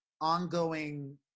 ongoing